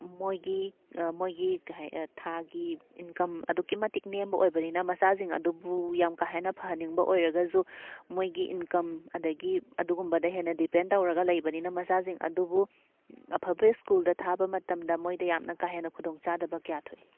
ꯃꯣꯏꯒꯤ ꯃꯣꯏꯒꯤ ꯊꯥꯒꯤ ꯏꯟꯀꯝ ꯑꯗꯨꯛꯀꯤ ꯃꯇꯤꯛ ꯅꯦꯝꯕꯅ ꯑꯣꯏꯕꯅꯤꯅ ꯃꯆꯥꯁꯤꯡ ꯑꯗꯨꯕꯨ ꯌꯥꯝ ꯀꯥ ꯍꯦꯟꯅ ꯐꯍꯟꯅꯤꯡꯕ ꯑꯣꯏꯔꯒꯁꯨ ꯃꯣꯏꯒꯤ ꯏꯟꯀꯝ ꯑꯗꯒꯤ ꯑꯗꯨꯒꯨꯝꯕꯗ ꯍꯦꯟꯅ ꯗꯦꯄꯦꯟ ꯇꯧꯔꯒ ꯂꯩꯕꯅꯤꯅ ꯃꯆꯥꯁꯤꯡ ꯑꯗꯨꯕꯨ ꯑꯐꯕ ꯁ꯭ꯀꯨꯜꯗ ꯊꯥꯕ ꯃꯇꯝꯗ ꯃꯣꯏꯗ ꯌꯥꯝꯅ ꯀꯥ ꯍꯦꯟꯅ ꯈꯨꯗꯣꯡꯆꯥꯗꯕ ꯀꯌꯥ ꯊꯣꯛꯏ